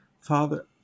Father